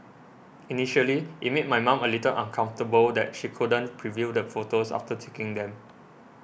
initially it made my mom a little uncomfortable that she couldn't preview the photos after taking them